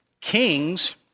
Kings